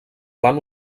van